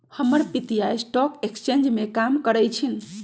हमर पितिया stock exchange में काज करइ छिन्ह